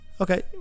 Okay